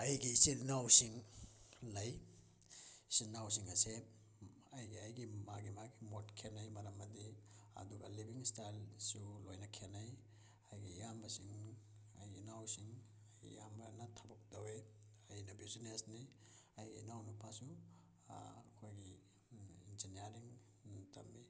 ꯑꯩꯒꯤ ꯏꯆꯤꯜ ꯏꯅꯥꯎꯁꯤꯡ ꯂꯩ ꯏꯆꯤꯜ ꯏꯅꯥꯎꯁꯤꯡ ꯑꯁꯦ ꯑꯩꯒꯤ ꯑꯩꯒꯤ ꯃꯥꯒꯤ ꯃꯥꯒꯤ ꯃꯣꯠ ꯈꯦꯠꯅꯩ ꯃꯔꯝ ꯑꯗꯤ ꯑꯗꯨꯒ ꯂꯤꯕꯤꯡ ꯏꯁꯇꯥꯏꯜꯁꯨ ꯂꯣꯏꯅ ꯈꯦꯠꯅꯩ ꯑꯩꯒꯤ ꯏꯌꯥꯝꯕꯁꯤꯡ ꯑꯩꯒꯤ ꯏꯅꯥꯎꯁꯤꯡ ꯑꯩꯒꯤ ꯏꯌꯥꯝꯕꯅ ꯊꯕꯛ ꯇꯧꯋꯦ ꯑꯩꯅ ꯕꯤꯖꯤꯅꯦꯁꯅꯤ ꯑꯩꯒꯤ ꯏꯅꯥꯎꯅꯨꯄꯥꯁꯨ ꯑꯩꯈꯣꯏꯒꯤ ꯏꯟꯖꯤꯅꯤꯌꯥꯔꯤꯡ ꯇꯝꯃꯤ